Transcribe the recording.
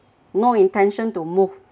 no intention to move